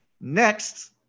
Next